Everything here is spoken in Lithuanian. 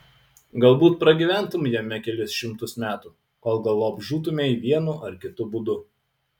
galbūt pragyventumei jame kelis šimtus metų kol galop žūtumei vienu ar kitu būdu